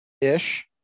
ish